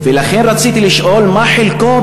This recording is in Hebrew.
ולכן רציתי לשאול מה חלקם,